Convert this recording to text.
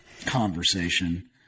conversation